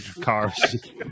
cars